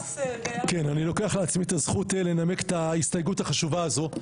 אני לוקח לעצמי את הזכות לנמק את ההסתייגות החשובה הזו.